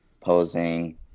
posing